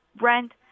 rent